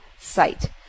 site